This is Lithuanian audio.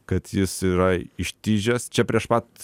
kad jis yra ištižęs čia prieš pat